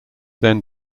then